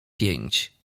pięć